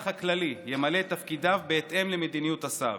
הכללי ימלא את תפקידיו בהתאם למדיניות השר.